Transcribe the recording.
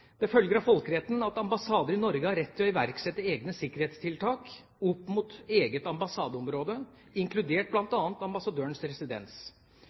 Det følger av folkeretten at ambassader i Norge har rett til å iverksette egne sikkerhetstiltak opp mot eget ambassadeområde, inkludert bl.a. ambassadørens residens.